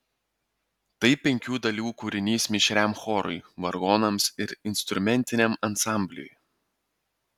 tai penkių dalių kūrinys mišriam chorui vargonams ir instrumentiniam ansambliui